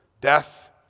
death